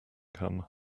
come